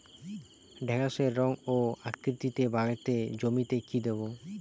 ঢেঁড়সের রং ও আকৃতিতে বাড়াতে জমিতে কি দেবো?